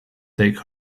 take